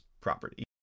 property